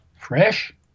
fresh